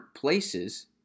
places